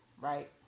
right